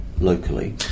locally